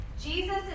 Jesus